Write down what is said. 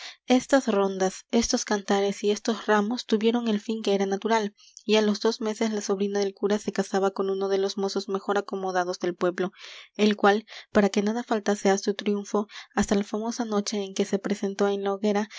estas rondas estos cantares y estos ramos tuvieron el fin que era natural y á los dos meses la sobrina del cura se casaba con uno de los mozos mejor acomodados del pueblo el cual para que nada faltase á su triunfo hasta la famosa noche en que se presentó en la hoguera